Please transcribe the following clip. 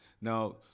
Now